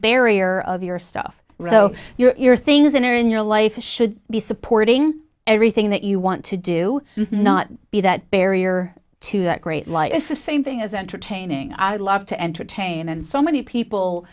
barrier of your stuff so you're things that are in your life should be supporting everything that you want to do not be that barrier to that great life is the same thing as entertaining i love to entertain and so many